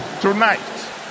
tonight